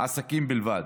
עסקים בלבד,